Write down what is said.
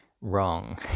wrong